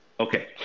Okay